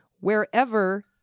wherever